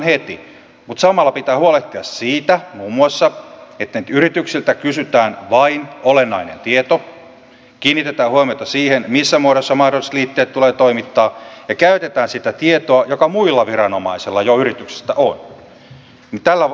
mutta samalla pitää huolehtia muun muassa siitä että niiltä yrityksiltä kysytään vain olennainen tieto kiinnitetään huomiota siihen missä muodossa mahdolliset liitteet tulee toimittaa ja käytetään sitä tietoa joka muilla viranomaisilla jo yrityksestä on